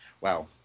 Wow